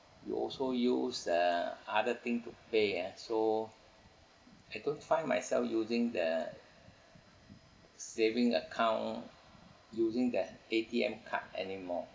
you also use uh other thing to pay ah so I don't find myself using the saving account using the A_T_M card anymore